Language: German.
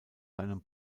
seinem